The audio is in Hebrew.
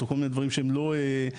או דברים שהם לא אינהרנטיים,